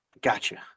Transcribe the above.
Gotcha